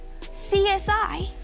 CSI